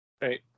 Right